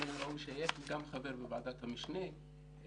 מן הראוי שאהיה חבר בוועדת המשנה.